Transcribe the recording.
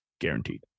guaranteed